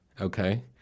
okay